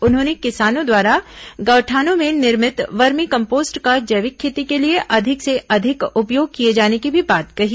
उन्होंने किसानों द्वारा गौठानों में निर्मित वर्मी कम्पोस्ट का जैविक खेती के लिए अधिक से अधिक उपयोग किए जाने की भी बात कही